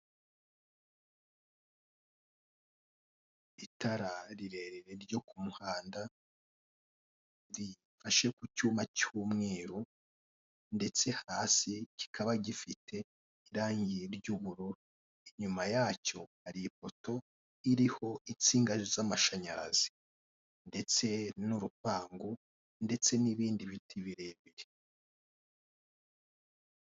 Itara rirerire ryo ku muhanda, rifashe ku cyuma cy'umweru ndetse hasi kikaba gifite irangi ry'ubururu, inyuma yacyo hari ipoto iriho insinga z'amashanyarazi ndetse n'urupangu ndetse n'ibindi biti birebire.